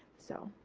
so.